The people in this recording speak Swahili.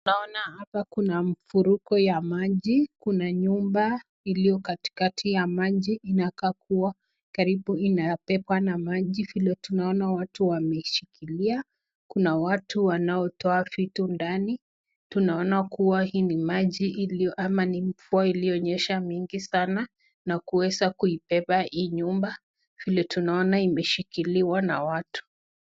Naona hapa kuna mfuriko ya maji, kuna nyumba iliyo katikati ya maji inakaa kuwa karibu inabebwa na maji vile tunaona watu wameshikilia, kuna watu wanao toa vitu ndani, tunaona kuwa hii ni maji ili ama ni mvua iliyonyesha mingi sana, na kuweza kuibeba hii nyumba, vile tunaona imeshikiliwa na watu.